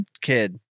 kid